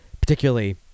particularly